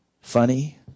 funny